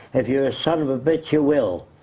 if you're a son of a bitch, you will.